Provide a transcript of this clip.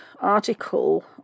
article